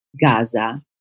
Gaza